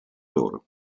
loro